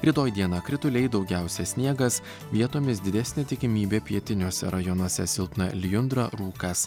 rytoj dieną krituliai daugiausia sniegas vietomis didesnė tikimybė pietiniuose rajonuose silpna lijundra rūkas